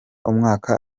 umwaka